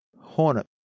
hornet